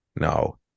no